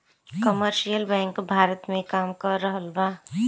commercial bank Bharat में काम कर रहल बा